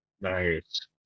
Nice